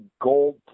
gold